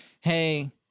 hey